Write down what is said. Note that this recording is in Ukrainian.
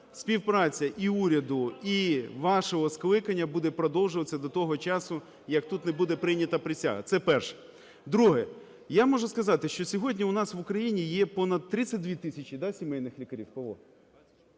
співпраця і уряду, і вашого скликання буде продовжуватися до того часу, як тут не буде прийнята присяга. Це перше. Друге. Я можу сказати, що сьогодні у нас в Україні є понад 32 тисячі, да, сімейних лікарів,